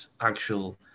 actual